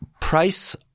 price